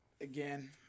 again